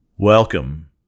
Welcome